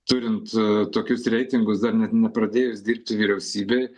turint tokius reitingus dar net nepradėjus dirbti vyriausybei